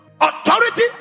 Authority